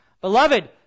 Beloved